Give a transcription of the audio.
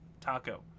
Taco